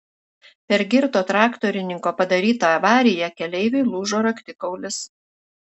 per girto traktorininko padarytą avariją keleiviui lūžo raktikaulis